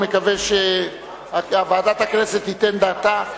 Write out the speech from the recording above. ואני מקווה שוועדת הכנסת תיתן דעתה.